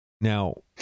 Now